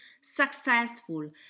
successful